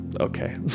okay